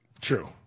True